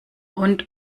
und